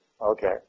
okay